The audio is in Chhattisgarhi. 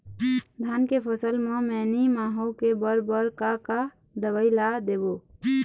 धान के फसल म मैनी माहो के बर बर का का दवई ला देबो?